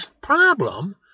problem